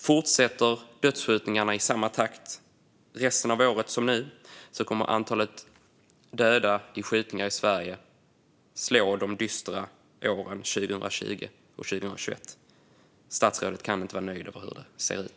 Fortsätter dödsskjutningarna i samma takt som nu under resten av året kommer antalet döda i skjutningar i Sverige att överstiga antalet de dystra åren 2020 och 2021. Statsrådet kan inte vara nöjd med hur det ser ut.